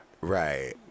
Right